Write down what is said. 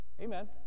Amen